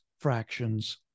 fractions